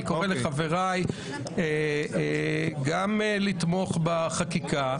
אני קורא לחבריי גם לתמוך בחקיקה,